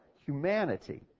humanity